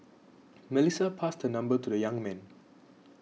Melissa passed her number to the young man